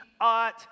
ought